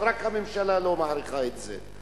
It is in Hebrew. רק הממשלה לא מעריכה את זה.